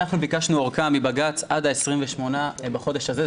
אנחנו ביקשנו אורכה מבג"ץ עד ה-28 בחודש הזה,